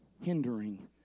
hindering